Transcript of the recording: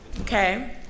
okay